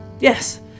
yes